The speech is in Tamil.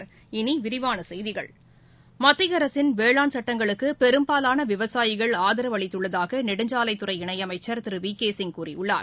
இனி விரிவான செய்திகள் மத்திய அரசின் வேளாண் சட்டங்களுக்கு பெரும்பாலாள விவசாயிகள் ஆதரவு அளித்துள்ளதாக நெடுஞ்சாலைத் துறை இணையமைச்சர் திரு வி கே சிங் கூறியுள்ளார்